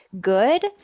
good